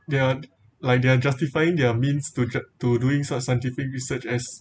they are like they're justifying their means to ju~ to doing such scientific research as